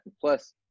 Plus